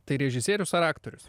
tai režisierius ar aktorius